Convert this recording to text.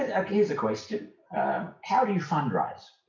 and here's a question how do you fundraise?